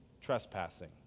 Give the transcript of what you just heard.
trespassing